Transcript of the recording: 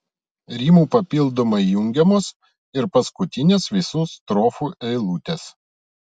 rimu papildomai jungiamos ir paskutinės visų strofų eilutės